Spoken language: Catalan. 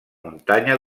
muntanya